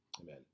amen